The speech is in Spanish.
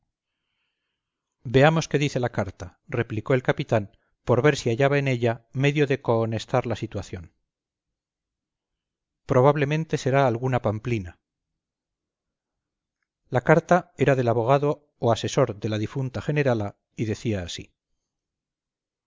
veamos qué dice la carta replicó el capitán por ver si hallaba en ella medio de cohonestar la situación probablemente será alguna pamplina la carta era del abogado o asesor de la difunta generala y decía así